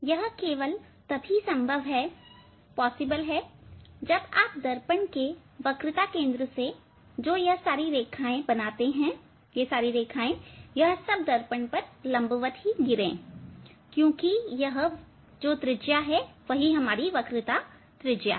यह केवल तभी संभव है यदि आप दर्पण के वक्रता केंद्र से जो यह सारी रेखाएं बनाते हैं यह दर्पण पर लंबवत हैं क्योंकि यह त्रिज्या वक्रता त्रिज्या है